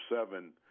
seven